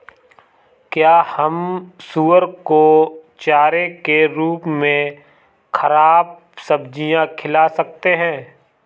क्या हम सुअर को चारे के रूप में ख़राब सब्जियां खिला सकते हैं?